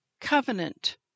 covenant